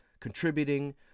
contributing